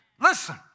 Listen